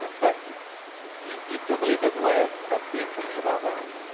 but but you you still believe there's a way of of doing something about that.